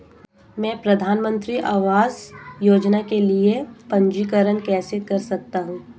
मैं प्रधानमंत्री आवास योजना के लिए पंजीकरण कैसे कर सकता हूं?